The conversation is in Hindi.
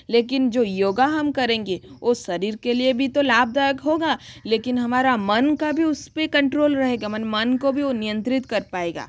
लेकिन जो योगा हम करेंगे ओ शरीर के लिए भी तो लाभदायक होगा लेकिन हमारा मन का भी उसपे कंट्रोल रहेगा मन को भी व नियंत्रित कर पायेगा